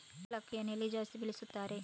ಕುಚ್ಚಲಕ್ಕಿಯನ್ನು ಎಲ್ಲಿ ಜಾಸ್ತಿ ಬೆಳೆಸುತ್ತಾರೆ?